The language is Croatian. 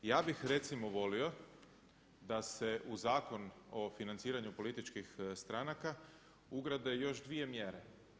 Ja bih recimo volio da se u Zakon o financiranju političkih stranaka ugrade još dvije mjere.